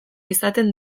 izaten